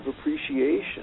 appreciation